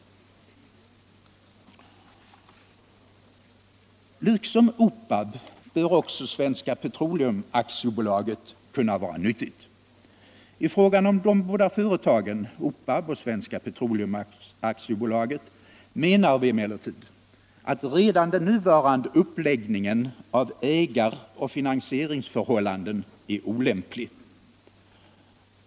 Liksom OPAB bör också Svenska Petroleum AB kunna vara nyttigt. I fråga om de båda företagen, OPAB och Svenska Petroleum AB, menar vi emellertid att redan den nuvarande uppläggningen av ägaroch finansieringsförhållanden är olämplig.